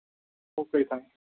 okay ji thanks